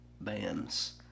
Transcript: bands